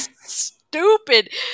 stupid